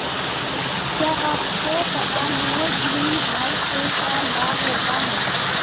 क्या आपको पता है ग्रीनहाउस से क्या लाभ होता है?